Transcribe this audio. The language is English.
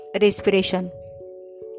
respiration